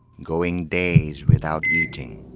going days without eating,